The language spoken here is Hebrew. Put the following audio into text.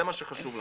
זה מה שחשוב לנו.